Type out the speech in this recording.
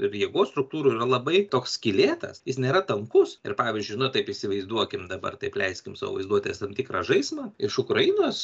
ir jėgos struktūrų yra labai toks skylėtas jis nėra tankus ir pavyzdžiui nu taip įsivaizduokim dabar taip leiskim savo vaizduotės tam tikrą žaismą iš ukrainos